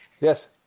yes